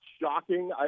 shocking